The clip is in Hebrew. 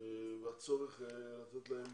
והצורך לתת להם